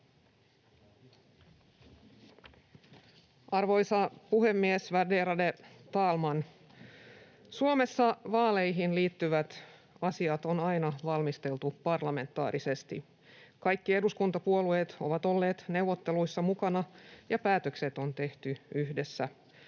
Arvoisa puhemies, värderade talman! Suomessa vaaleihin liittyvät asiat on aina valmisteltu parlamentaarisesti. Kaikki eduskuntapuolueet ovat olleet neuvotteluissa mukana, ja päätökset on tehty yhdessä.